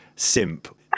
Simp